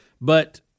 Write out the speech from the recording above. But-